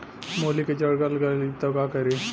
मूली के जर गल जाए त का करी?